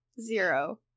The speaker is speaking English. zero